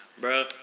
Bro